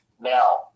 now